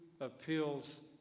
appeals